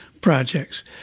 projects